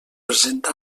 presenta